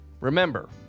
Remember